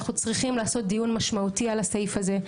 אנחנו צריכים לעשות דיון משמעותי על הסעיף הזה,